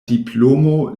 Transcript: diplomo